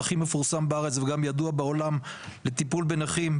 הכי מפורסם בארץ וגם ידוע בעולם לטיפול בנכים,